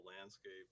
landscape